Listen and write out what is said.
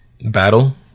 battle